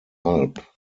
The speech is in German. alb